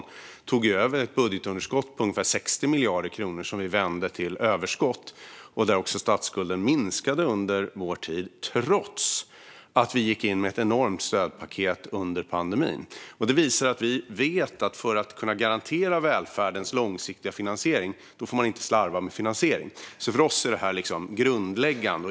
Vi tog över ett budgetunderskott på ungefär 60 miljarder kronor som vi vände till ett överskott, och statsskulden minskade under vår tid trots att vi gick in med ett enormt stödpaket under pandemin. Detta visar att vi vet att man för att kunna garantera välfärdens långsiktiga finansiering inte får slarva med finansieringen. För oss är detta grundläggande.